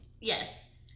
yes